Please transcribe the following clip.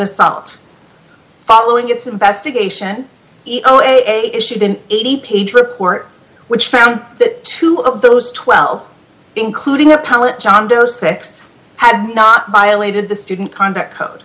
assault following its investigation a issued in eighty page report which found that two of those twelve including the pilot john doe six had not violated the student contract code